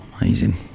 Amazing